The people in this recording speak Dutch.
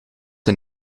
een